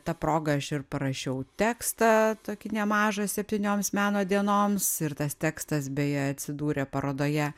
ta proga aš ir parašiau tekstą tokį nemažą septynioms meno dienoms ir tas tekstas beje atsidūrė parodoje